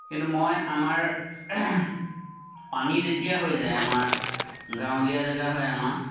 কিন্তু মই আমাৰ পানী যেতিয়া হৈ যায় আমাৰ গাঁৱলীয়া জেগা হয় আমাৰ